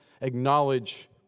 acknowledge